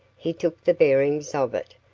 he took the bearings of it,